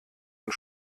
und